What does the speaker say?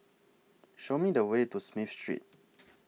Show Me The Way to Smith Street